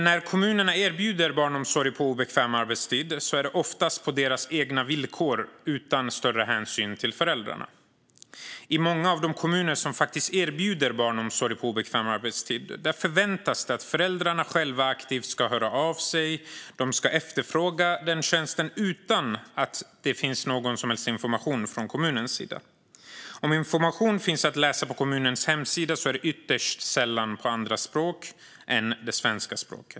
När kommunerna erbjuder barnomsorg på obekväm arbetstid är det oftast på deras egna villkor, utan större hänsyn till föräldrarna. I många av de kommuner som faktiskt erbjuder barnomsorg på obekväm arbetstid förväntas föräldrarna själva aktivt höra av sig och efterfråga denna tjänst utan någon som helst information från kommunens sida. Om information finns att läsa på kommunens hemsida är den ytterst sällan på andra språk än svenska.